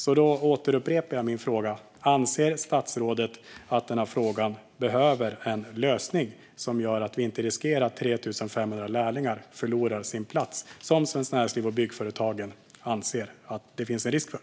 Jag återupprepar min fråga: Anser statsrådet att denna fråga behöver en lösning som gör att vi inte riskerar att 3 500 lärlingar förlorar sin plats, vilket Svenskt Näringsliv och Byggföretagen anser att det finns en risk för?